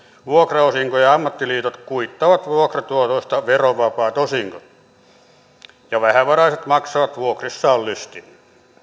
vuokraosinkoja ammattiliitot kuittaavat vuokratuotoista verovapaat osingot ja vähävaraiset maksavat vuokrissaan lystin